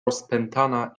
rozpętana